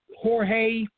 Jorge